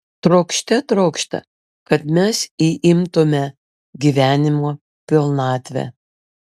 trokšte trokšta kad mes įimtume gyvenimo pilnatvę